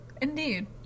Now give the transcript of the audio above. Indeed